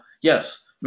yes